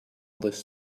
this